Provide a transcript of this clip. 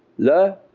la,